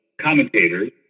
commentators